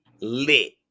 lit